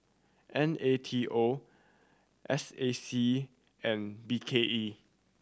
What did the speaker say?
N A T O S A C and B K E